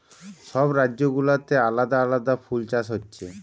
সব রাজ্য গুলাতে আলাদা আলাদা ফুল চাষ হচ্ছে